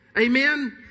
Amen